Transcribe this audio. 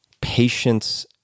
Patience